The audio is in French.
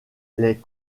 les